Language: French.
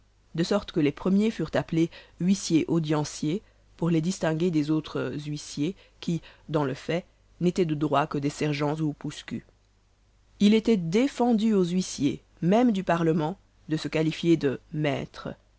de sorte que les premiers furent appelés huissiers audienciers pour les distinguer des autres huissiers qui dans le fait n'étaient de droit que des sergens ou pousse culs il était défendu aux huissiers même du parlement de se qualifier de maître